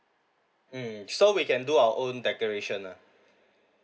mm so we can do our own decoration lah